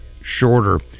shorter